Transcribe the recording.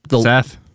Seth